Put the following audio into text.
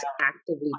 actively